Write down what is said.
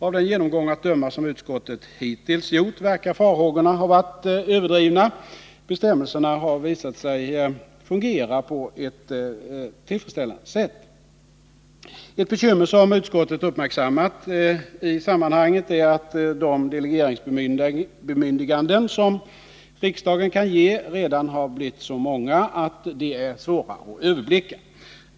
Av den genomgång att döma som utskottet hittills har gjort verkar farhågorna ha 15 varit överdrivna. Bestämmelserna har visat sig fungera på ett tillfredsställande sätt. Ett bekymmer som utskottet har uppmärksammat i sammanhanget är att de delegeringsbemyndiganden som riksdagen kan ge redan har blivit så många att de är svåra att överblicka.